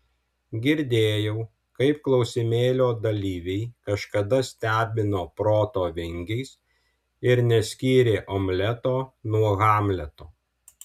girdėjau kaip klausimėlio dalyviai kažkada stebino proto vingiais ir neskyrė omleto nuo hamleto